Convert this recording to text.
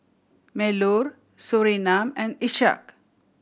Melur Surinam and Ishak